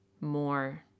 more